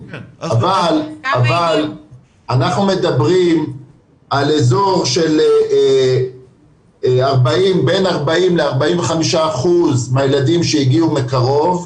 אבל אנחנו מדברים על אזור של בין 40%-45% ילדים שהגיעו מקרוב,